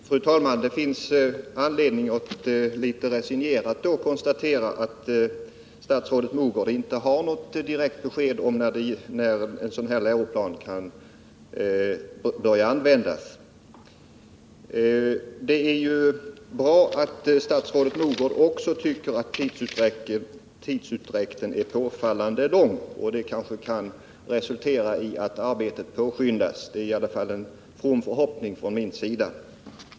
Fru talman! Det finns anledning att litet resignerat konstatera att statsrådet Mogård itite kan lämna något direkt besked om när en ny läroplan kan börja tillämpas. Statsrådet Mogård och jag är emellertid överens om att tidsutdräkten är påfallande stor, och det är bra. Kanske kan det resultera i att detta arbete påskyndas. Det är i alla fall en from förhoppning från min sida.